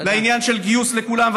לעניין של גיוס לכולם.